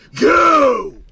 go